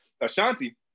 Ashanti